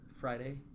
Friday